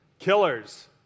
Killers